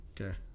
Okay